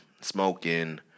smoking